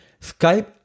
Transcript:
Skype